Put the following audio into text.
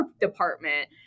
department